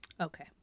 Okay